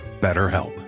BetterHelp